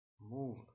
move